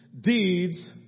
deeds